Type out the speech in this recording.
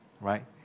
right